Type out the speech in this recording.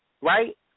right